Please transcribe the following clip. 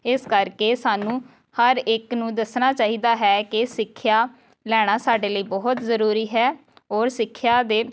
ਇਸ ਕਰਕੇ ਸਾਨੂੰ ਹਰ ਇੱਕ ਨੂੰ ਦੱਸਣਾ ਚਾਹੀਦਾ ਹੈ ਕਿ ਸਿੱਖਿਆ ਲੈਣਾ ਸਾਡੇ ਲਈ ਬਹੁਤ ਜ਼ਰੂਰੀ ਹੈ ਔਰ ਸਿੱਖਿਆ ਦੇ